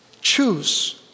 Choose